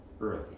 early